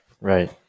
right